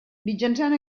mitjançant